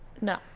no